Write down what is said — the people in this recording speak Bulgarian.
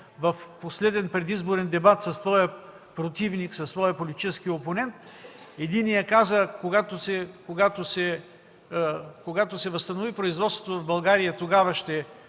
от последния му предизборен дебат със своя противник, със своя политически опонент. Единият каза, че когато се възстанови производството в България, тогава